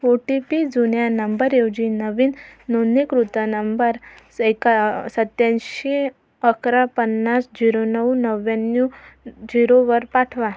ओ T P जुन्या नंबरऐवजी नवीन नोंदणीकृत नंबर एका सत्त्याऐंशी अकरा पन्नास झिरो नऊ नव्व्याण्णव झिरोवर पाठवा